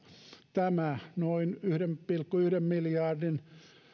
tämä noin yhden pilkku yhden miljardin